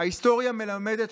"ההיסטוריה מלמדת",